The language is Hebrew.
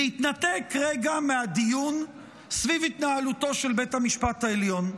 להתנתק רגע מהדיון סביב התנהלותו של בית המשפט העליון.